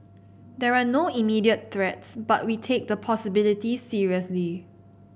there are no immediate threats but we take the possibility seriously